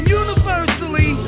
universally